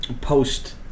post